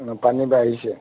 ন পানী বাঢ়িছে